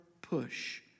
push